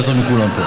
יותר טוב מכולם פה.